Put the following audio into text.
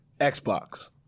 Xbox